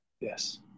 Yes